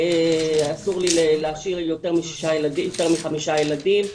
אסור לי להכשיר יותר מחמישה ילדים.